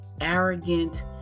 arrogant